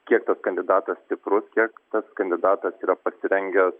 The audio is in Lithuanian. kiek tas kandidatas stiprus kiek tas kandidatas yra pasirengęs